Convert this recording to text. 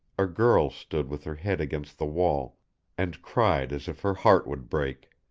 a girl stood with her head against the wall and cried as if her heart would break.